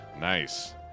nice